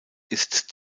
ist